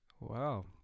Wow